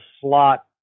slot